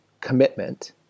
commitment